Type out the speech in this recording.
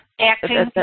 Acting